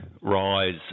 rise